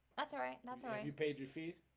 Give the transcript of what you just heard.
that's all right. that's how you paid your fees.